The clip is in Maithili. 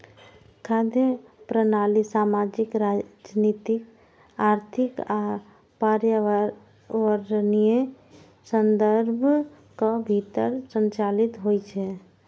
खाद्य प्रणाली सामाजिक, राजनीतिक, आर्थिक आ पर्यावरणीय संदर्भक भीतर संचालित होइ छै